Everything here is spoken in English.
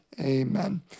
Amen